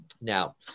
Now